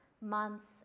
months